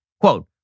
Quote